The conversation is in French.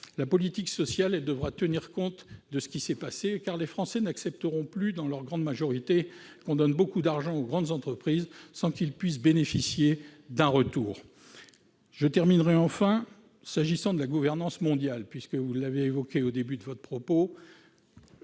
prééminente et tenir compte de ce qui s'est passé, car les Français n'accepteront plus, dans leur grande majorité, qu'on donne beaucoup d'argent aux grandes entreprises sans qu'ils puissent bénéficier d'un retour. S'agissant de la gouvernance mondiale, puisque vous avez évoqué ce point au début de votre propos,